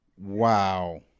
Wow